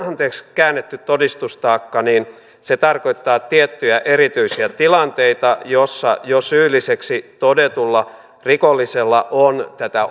käännetty todistustaakka tarkoittaa tiettyjä erityisiä tilanteita joissa jo syylliseksi todetulla rikollisella on tätä